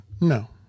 No